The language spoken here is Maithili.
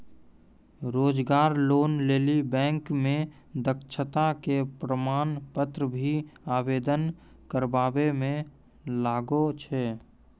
रोजगार लोन लेली बैंक मे दक्षता के प्रमाण पत्र भी आवेदन करबाबै मे लागै छै?